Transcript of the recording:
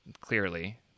clearly